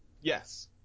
Yes